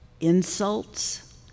insults